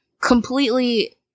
completely